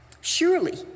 Surely